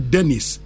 Dennis